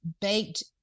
baked